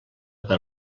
per